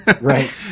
Right